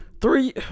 Three